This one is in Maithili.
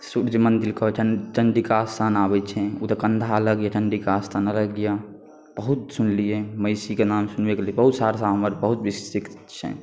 सूर्य मन्दिरके चण्डिका अस्थान आबै छै ओतऽ कन्दाहा लग अइ चण्डिका अस्थान अइ बहुत सुनलिए महिषीके नाम सुनबे केलिए बहुत सहरसामे हमर बहुत विकसित छै